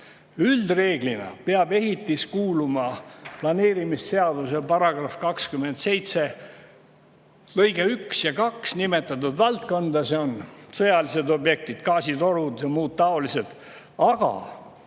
Üldreeglina peab ehitis kuuluma planeerimisseaduse § 27 lõikes 1 ja 2 nimetatud valdkonda: sõjalised objektid, gaasitorud ja muud taolised. Aga